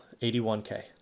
81K